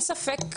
אין ספק,